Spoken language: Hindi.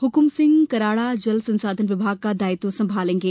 हुकुम सिंह कराड़ा जल संसाधन विभाग का दायित्व सम्भालेंगे